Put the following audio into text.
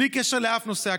בלי קשר לאף נוסע,